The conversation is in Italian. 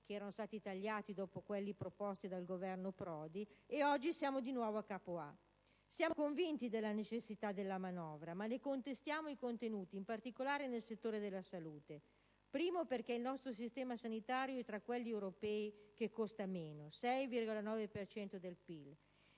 che erano stati tagliati dopo quelli proposti dal Governo Prodi, oggi siamo di nuovo daccapo. Siamo convinti della necessità della manovra, ma ne contestiamo i contenuti, in particolare, nel settore della salute. In primo luogo, perché il nostro sistema sanitario è tra quelli europei che costa meno (il 6,9